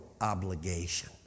obligation